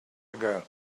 ago